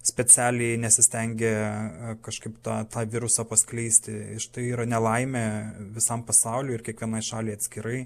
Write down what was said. specialiai nesistengė kažkaip tą tą virusą paskleisti tai yra nelaimė visam pasauliui ir kiekvienai šaliai atskirai